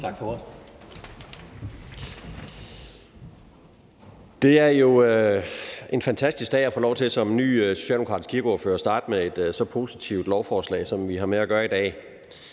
Tak for ordet.